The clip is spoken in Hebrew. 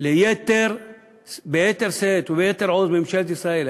ביתר שאת וביתר עוז מממשלת ישראל,